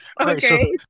okay